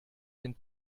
den